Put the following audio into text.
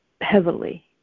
heavily